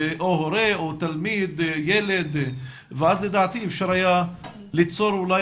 זה או הורה או תלמיד ואז לדעתי היה אפשר ליצור אולי